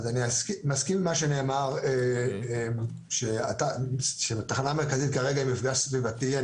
מסכים עם מה שנאמר שהתחנה המרכזית כרגע היא מפגע סביבתי.